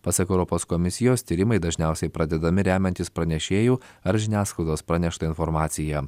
pasak europos komisijos tyrimai dažniausiai pradedami remiantis pranešėjų ar žiniasklaidos pranešta informacija